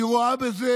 כי היא רואה בזה